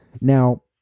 Now